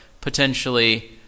potentially